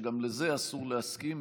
שגם לזה אסור להסכים.